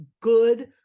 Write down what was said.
good